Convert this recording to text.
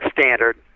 standard